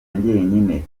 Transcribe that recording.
njyenyine